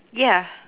ya